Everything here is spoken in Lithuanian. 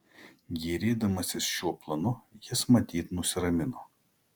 gėrėdamasis šiuo planu jis matyt nusiramino